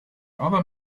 other